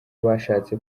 bashatse